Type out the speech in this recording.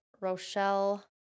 Rochelle